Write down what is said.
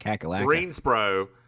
Greensboro